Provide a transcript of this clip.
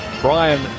Brian